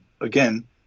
again